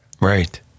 right